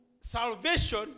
salvation